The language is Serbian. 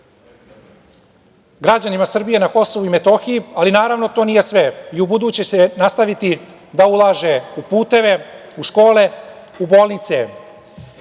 građanima Srbije na Kosovu i Metohiji ali, naravno, to nije sve i u buduće će nastaviti da ulaže u puteve, u škole, u bolnice. To